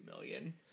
million